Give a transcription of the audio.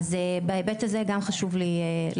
אז בהיבט הזה גם חשוב לי לציין,